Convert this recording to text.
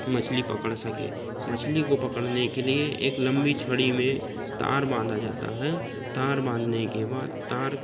मछली पकड़ सकें मछली को पकड़ने के लिए एक लम्बी छड़ी में तार बांधा जाता हैं तार बांधने के बाद तार